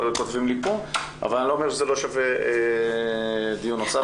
אבל אני לא אומר שזה לא שווה דיון נוסף.